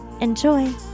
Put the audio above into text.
enjoy